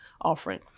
offering